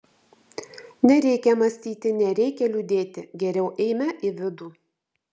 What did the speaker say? nereikia mąstyti nereikia liūdėti geriau eime į vidų